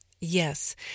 Yes